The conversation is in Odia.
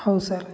ହଉ ସାର୍